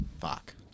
Fuck